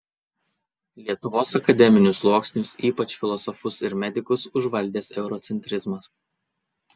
lietuvos akademinius sluoksnius ypač filosofus ir medikus užvaldęs eurocentrizmas